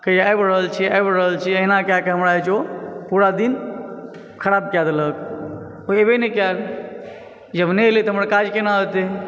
कहैया आबि रहल छी आबि रहल छी अहिना कए कऽ हमरा जे छै ओ पूरा दिन खराब कए देलक कोई एबै नहि कयल जब नहि एलै तऽ हमर काज केना होइतै